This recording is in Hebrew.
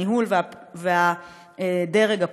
הניהול והדרג הפוליטי,